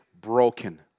broken